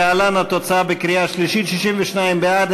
להלן התוצאה בקריאה השלישית: 62 בעד,